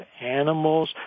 animals